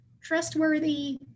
trustworthy